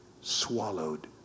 swallowed